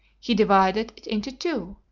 he divided it into two,